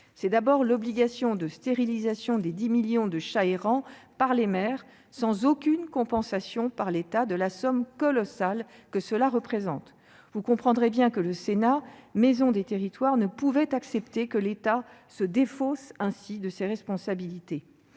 pense d'abord à l'obligation de stérilisation des 10 millions de chats errants par les maires sans aucune compensation par l'État de la somme colossale que cela représente. Vous le comprendrez bien, le Sénat, maison des territoires, ne pouvait pas accepter que l'État se défausse ainsi de ses responsabilités.